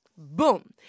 Boom